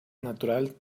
natural